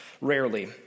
rarely